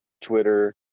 Twitter